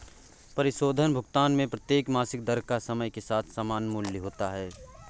परिशोधन भुगतान में प्रत्येक मासिक दर का समय के साथ समान मूल्य होता है